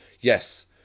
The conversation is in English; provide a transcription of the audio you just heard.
Yes